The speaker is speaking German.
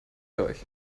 euch